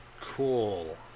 Cool